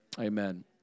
Amen